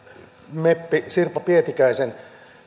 meppi sirpa pietikäisen